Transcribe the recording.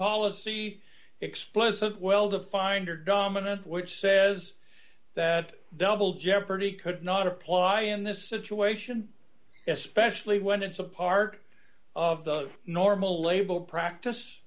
policy explicit well defined or dominant which says that double jeopardy could not apply in this situation especially when it's a part of the normal label practice